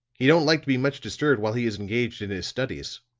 he don't like to be much disturbed while he is engaged in his studies.